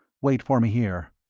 wait for me here.